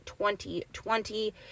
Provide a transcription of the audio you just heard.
2020